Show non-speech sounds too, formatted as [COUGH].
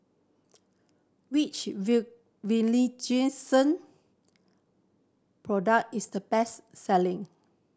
which [UNINTELLIGIBLE] product is the best selling